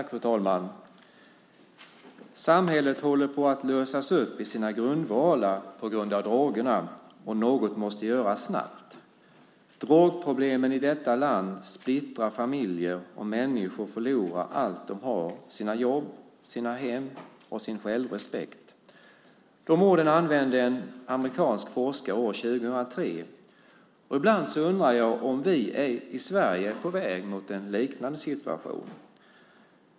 Fru talman! Samhället håller på att lösas upp i sina grundvalar på grund av drogerna, och något måste göras snabbt. Drogproblemen i detta land splittrar familjer, och människor förlorar allt de har, sina jobb, sina hem och sin självrespekt. De orden använde en amerikansk forskare år 2003. Ibland undrar jag om vi i Sverige är på väg mot en liknande situation.